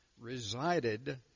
resided